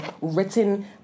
written